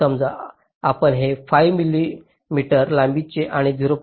समजा आपण हे 5 मिलीमीटर लांबीचे आणि 0